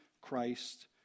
Christ